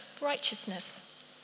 righteousness